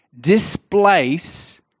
displace